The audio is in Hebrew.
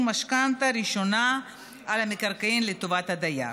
משכנתה ראשונה על המקרקעין לטובת הדייר.